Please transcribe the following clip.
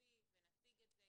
נביא ונציג את זה.